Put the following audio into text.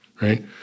right